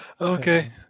Okay